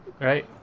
right